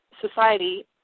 society